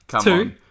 Two